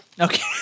Okay